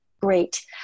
great